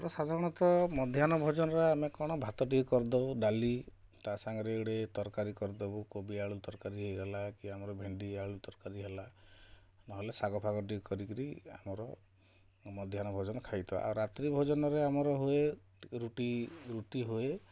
ଆମର ସାଧାରଣତଃ ମଧ୍ୟାହ୍ନ ଭୋଜନରେ ଆମେ କ'ଣ ଭାତ ଟିକେ କରିଦେଉ ଡାଲି ତା'ସାଙ୍ଗରେ ଗୋଟେ ତରକାରୀ କରି ଦେବୁ କୋବି ଆଳୁ ତରକାରୀ ହେଇଗଲା କି ଆମର ଭେଣ୍ଡି ଆଳୁ ତରକାରୀ ହେଲା ନହେଲେ ଶାଗ ଫାଗ ଟିକେ କରିକି ଆମର ମଧ୍ୟାହ୍ନ ଭୋଜନ ଖାଇଥାଉ ଆଉ ରାତ୍ରି ଭୋଜନରେ ଆମର ହୁଏ ଟିକେ ରୁଟି ରୁଟି ହୁଏ